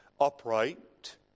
upright